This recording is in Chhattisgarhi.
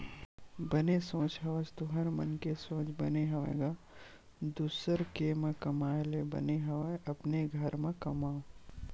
बने सोच हवस तुँहर मन के सोच बने हवय गा दुसर के म कमाए ले बने हवय अपने घर म कमाओ